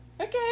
Okay